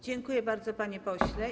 Dziękuję bardzo, panie pośle.